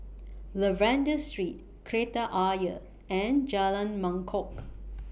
Lavender Street Kreta Ayer and Jalan Mangkok